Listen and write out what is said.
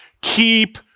Keep